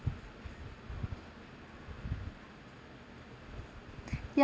ya